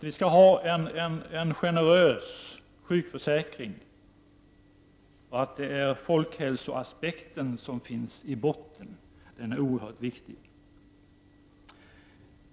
Vi skall ha en generös sjukförsäkring, och folkhälsoaspekten, som finns i botten, är oerhört viktig.